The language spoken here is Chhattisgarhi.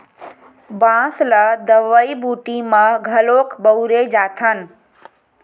बांस ल दवई बूटी म घलोक बउरे जाथन